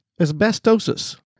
Asbestosis